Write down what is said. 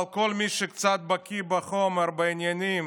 אבל כל מי שקצת בקי בחומר, בעניינים,